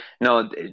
no